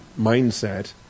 mindset